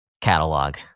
catalog